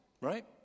right